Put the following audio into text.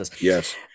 Yes